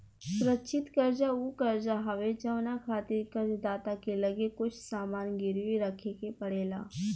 सुरक्षित कर्जा उ कर्जा हवे जवना खातिर कर्ज दाता के लगे कुछ सामान गिरवी रखे के पड़ेला